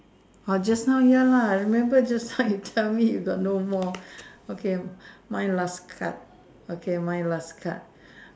orh just now ya lah I remember just now you tell me you got no more okay my last card okay my last card